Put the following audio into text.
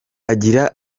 agira